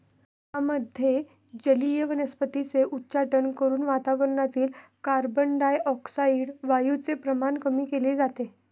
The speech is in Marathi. भारतामध्ये जलीय वनस्पतींचे उच्चाटन करून वातावरणातील कार्बनडाय ऑक्साईड वायूचे प्रमाण कमी केले जाते